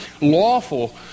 lawful